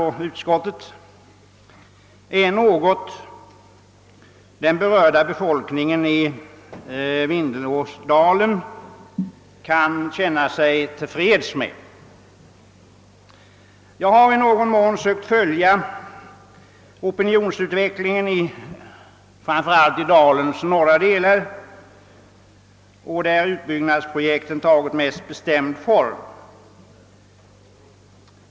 och utskott är något som den berörda befolkningen i Vindelådalen kan känna sig till freds med. Jag har försökt följa opinionsutvecklingen i framför allt dalens norra delar, där utbyggnadsprojektet tagit mest bestämd form.